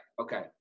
okay